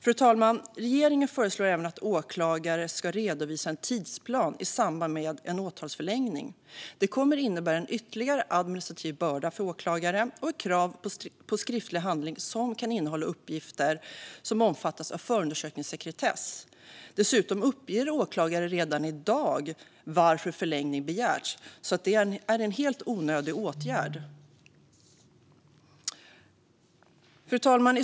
Fru talman! Regeringen föreslår även att åklagare ska redovisa en tidsplan i samband med en åtalsförlängning. Det kommer att innebära en ytterligare administrativ börda för åklagare och ett krav på skriftlig handling som kan innehålla uppgifter som omfattas av förundersökningssekretess. Dessutom uppger åklagare redan i dag varför förlängning begärts, så det är en helt onödig åtgärd. Fru talman!